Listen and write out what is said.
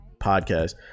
podcast